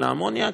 של האמוניה,